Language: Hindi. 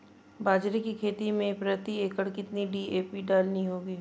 बाजरे की खेती में प्रति एकड़ कितनी डी.ए.पी डालनी होगी?